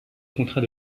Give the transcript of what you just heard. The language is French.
contrat